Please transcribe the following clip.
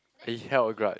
he held a grudge